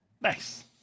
Nice